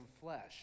flesh